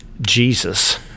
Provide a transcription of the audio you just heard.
Jesus